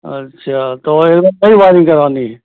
अच्छा तो एक दम नई वाइरिंग करवानी है